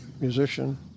musician